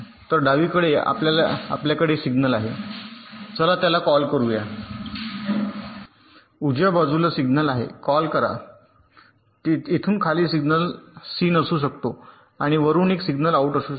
तर डावीकडून आपल्याकडे सिग्नल आहे चला त्याला कॉल करूया आणि उजव्या बाजूला सिग्नल आहे कॉल करा तर येथून खाली सिग्नल सिन असू शकते आणि वरुन एक सिग्नल आऊट असू शकते